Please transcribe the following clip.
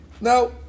now